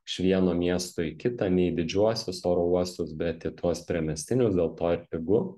iš vieno miesto į kitą ne į didžiuosius oro uostus bet į tuos priemiestinius dėl to ir pigu